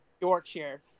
Yorkshire